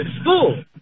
school